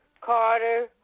Carter